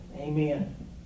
Amen